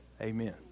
Amen